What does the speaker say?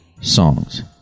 songs